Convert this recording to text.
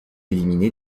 éliminé